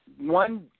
one